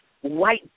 white